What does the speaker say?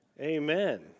Amen